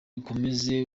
akomeze